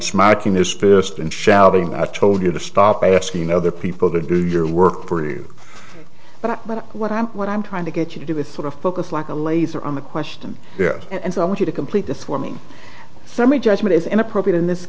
smacking his fist and shouting i told you to stop asking other people to do your work for you but but what i'm what i'm trying to get you to do with sort of focus like a laser on the question and so i want you to complete this warming summary judgment is inappropriate in this